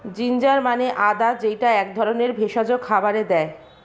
ginger মানে আদা যেইটা এক ধরনের ভেষজ খাবারে দেয়